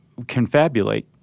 confabulate